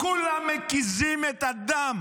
כולם מקיזים את הדם